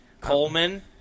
Coleman